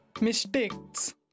Mistakes